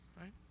Right